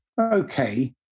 Okay